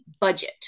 budget